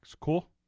Cool